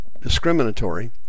discriminatory